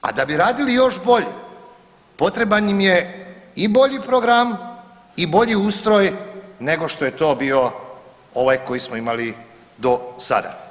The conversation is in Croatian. A da bi radili još bolje potreban im je i bolji program i bolji ustroj nego što je to bio ovaj koji smo imali do sada.